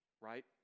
Right